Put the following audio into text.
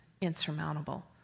insurmountable